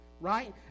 right